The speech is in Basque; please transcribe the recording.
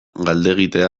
galdegitea